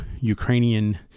Ukrainian